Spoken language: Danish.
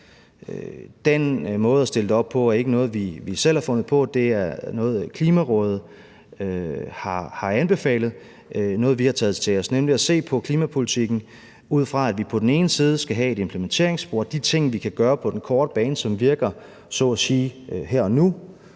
Den måde at stille det op på er ikke noget, vi selv har fundet på, men noget, Klimarådet har anbefalet, som vi så har taget til os. Det drejer sig om at se på klimapolitikken, ud fra at vi på den ene side skal have et implementeringsspor, nemlig de ting, vi kan gøre på den korte bane, som virker så at